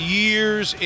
years